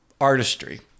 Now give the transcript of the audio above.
artistry